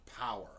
power